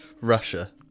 Russia